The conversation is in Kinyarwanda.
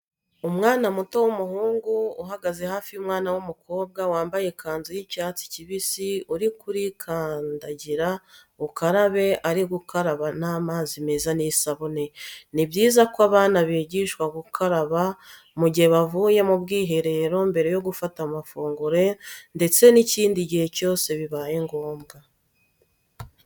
Umwana muto w'umuhungu uhagaze haafi y'umwana w'umukobwa wamabaye ikanzu y'icyatsi kibisi uri kuri kandagira ukarabe ari gukaraba n'amazi meza n'isabune. Ni byiza ko abana bigishwa gukaraba mu gihe bavuye mu bwiherero, mbere yo gufata amafunguro ndetse n'ikindi gihe cyose bibaye ngombwa.